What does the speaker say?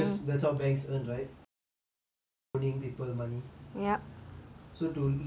because that's how banks earn right loaning people money so to loan more and more people money